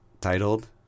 titled